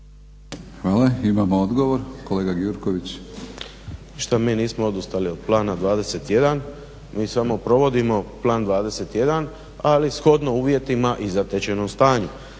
Hvala. Imamo odgovor, kolega Gjurković. **Gjurković, Srđan (HNS)** Šta mi nismo odustali od Plana 21. Mi samo provodimo plan 21 ali shodno uvjetima i zatečenom stanju.